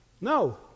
No